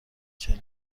چهل